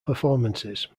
performances